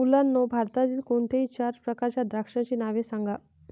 मुलांनो भारतातील कोणत्याही चार प्रकारच्या द्राक्षांची नावे सांगा